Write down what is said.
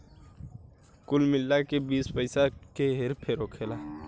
कुल मिला के बीस पइसा के हेर फेर होखेला